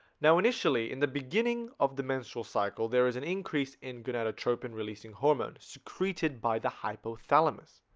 now initially in the beginning of the menstrual cycle there is an increase in gonadotropin releasing hormone secreted by the hypothalamus